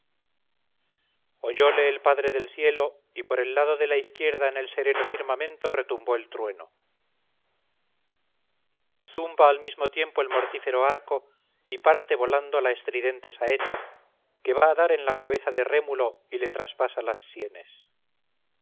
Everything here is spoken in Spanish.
pies oyole el padre del cielo y por el lado de la izquierda en el sereno firmamento retumbó el trueno zumba al mismo tiempo el mortífero arco y parte volando la estridente saeta que va a dar en la cabeza de rémulo y le traspasa las sienes